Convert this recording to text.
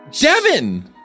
Devin